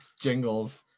jingles